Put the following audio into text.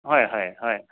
হয় হয় হয়